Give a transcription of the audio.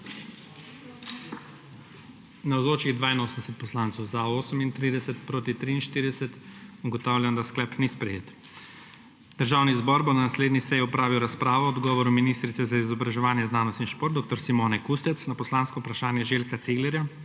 43. (Za je glasovalo 32.) (Proti 43.) Ugotavljam, da sklep ni sprejet. Državni zbor bo na naslednji seji opravil razpravo o odgovoru ministrice za izobraževanje, znanost in šport dr. Simone Kustec na poslansko vprašanje Lidije Divjak